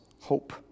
hope